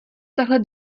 takhle